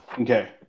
Okay